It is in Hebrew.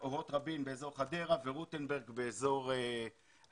אורות רבין באזור חדרה ורוטנברג באזור אשקלון.